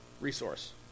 resource